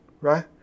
right